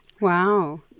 Wow